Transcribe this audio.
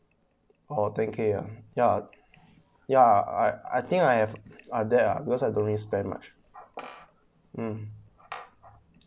orh ten K uh ya ya I I think I have uh that uh because I don't need to spend much um